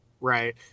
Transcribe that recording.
Right